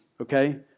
Okay